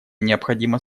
необходимо